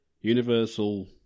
Universal